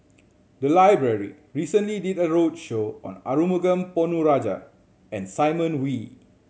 the library recently did a roadshow on Arumugam Ponnu Rajah and Simon Wee